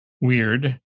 weird